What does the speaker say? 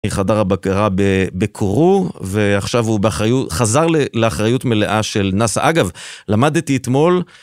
חדר הבקרה בקורו ועכשיו הוא חזר לאחריות מלאה של נאס"א, אגב למדתי אתמול